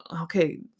Okay